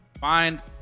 find